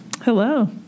Hello